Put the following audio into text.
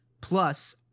plus